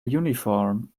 uniform